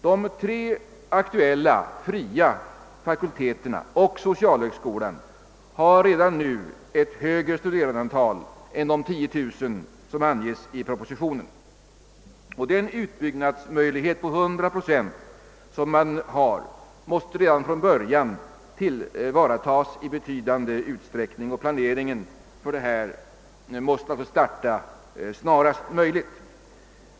De tre aktuella fria fakulteterna och socialhögskolan har redan nu ett högre studerandeantal än de 10000 som anges i propositionen. Den utbyggnadsmöjlighet på 100 procent som man redan har måste från början tillvaratas i betydande utsträckning, och planeringen måste naturligtvis starta snarast möjligt.